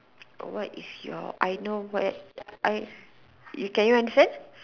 oh what is your I know where you I you can you understand